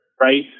right